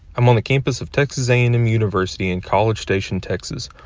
i'm on the campus of texas a and m university in college station, texas,